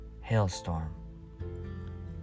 hailstorm